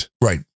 Right